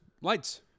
lights